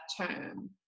term